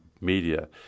media